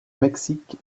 mexique